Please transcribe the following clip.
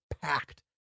packed